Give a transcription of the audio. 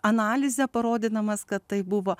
analizę parodydamas kad tai buvo